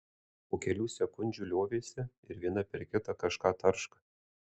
po kelių sekundžių liovėsi ir viena per kitą kažką tarška